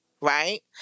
right